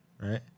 right